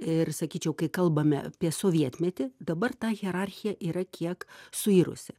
ir sakyčiau kai kalbame apie sovietmetį dabar ta hierarchija yra kiek suirusi